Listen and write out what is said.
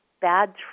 bad